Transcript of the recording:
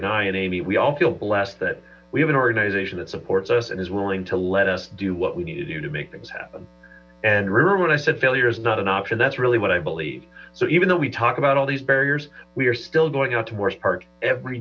and i and amy we all feel blessed that we have an organization that supports this and is willing to let us do what we need to do to make things happen and were when i said failure is not an option that's really what i believe so even though we talk about all these barriers we ae still going out to morse park every